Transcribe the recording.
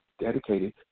dedicated